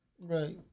Right